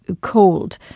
cold